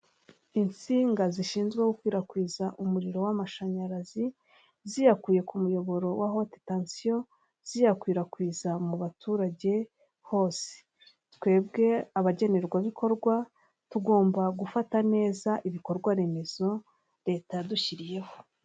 Insinga zishinzwe gukwirakwiza umuriro w'amashanyarazi ziyakuye ku muyoboro wa hoti tasiyo ziyakwirakwiza mu baturage hose, twebwe abagenerwabikorwa tugomba gufata neza ibikorwaremezo leta yadushyiriyeho.